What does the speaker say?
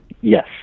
Yes